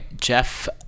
jeff